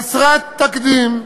חסרת תקדים,